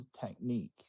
technique